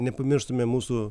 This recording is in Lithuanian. nepamirštume mūsų